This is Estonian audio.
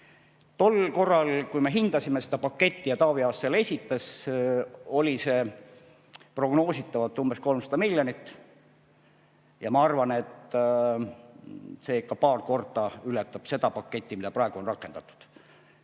Tol korral, kui me hindasime seda paketti ja Taavi Aas selle esitas, oli see prognoositavalt umbes 300 miljonit. Ma arvan, et see ikka paar korda ületab seda paketti, mida praegu on rakendatud.